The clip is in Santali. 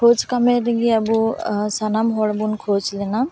ᱠᱷᱚᱡᱽ ᱠᱷᱟᱢᱮᱨ ᱨᱮᱜᱤ ᱟᱵᱩ ᱥᱟᱱᱟᱢ ᱦᱚᱲ ᱵᱩᱱ ᱠᱷᱚᱡᱽ ᱞᱮᱱᱟ